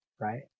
right